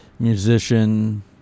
Musician